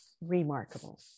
Remarkable